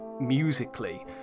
musically